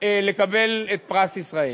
לקבל את פרס ישראל,